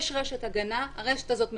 יש רשת הגנה, הרשת הזאת מחוררת,